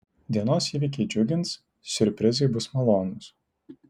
dienos įvykiai džiugins siurprizai bus malonūs